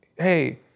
Hey